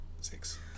six